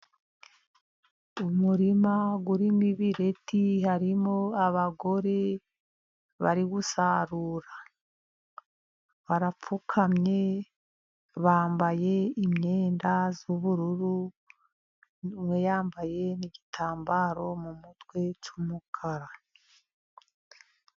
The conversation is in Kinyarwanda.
Umurima urimo ibireti harimo abagore bari gusarura, barapfukamye bambaye imyenda y'ubururu umwe yambaye n'igitambaro mu mutwe cy'umukara.